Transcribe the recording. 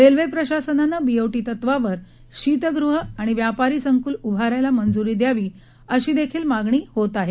railway प्रशासनानं BOT तत्वावर शीतगृह आणि व्यापारी संकुल उभारायला मंजुरी द्यावी अशी देखील मागणी होत आहे